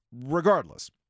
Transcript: Regardless